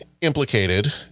implicated